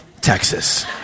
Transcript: texas